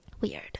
weird